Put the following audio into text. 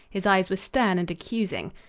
his eyes were stern and accusing.